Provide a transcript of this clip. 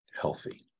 healthy